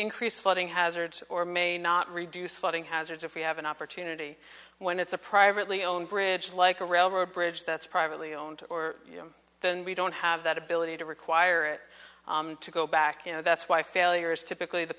increase flooding hazards or may not reduce flooding hazards if we have an opportunity when it's a privately owned bridge like a railroad bridge that's privately owned or then we don't have that ability to require it to go back in and that's why failure is typically the